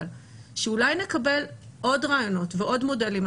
שאולי נקבל עוד רעיונות ועוד מודלים.